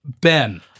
Ben